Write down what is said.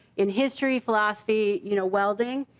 in history philosophy you know welding.